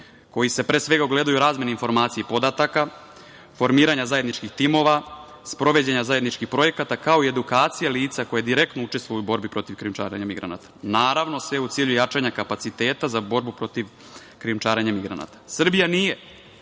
koji se ogledaju u razmeni informacija i podataka, formiranja zajedničkih timova, sprovođenja zajedničkih projekata, kao i edukaciji lica koja direktno učestvuju u borbi protiv krijumčarenja migranata. Naravno, sve u cilju jačanja kapaciteta za borbu protiv krijumčarenja migranata. Srbija nije,